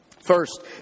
First